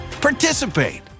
participate